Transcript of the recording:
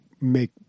make